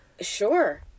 Sure